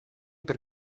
per